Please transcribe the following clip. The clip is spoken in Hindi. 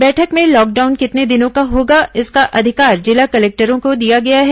बैठक में लॉकडाउन कितने दिनों का होगा इसका अधिकार जिला कलेक्टरों को दिया गया है